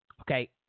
Okay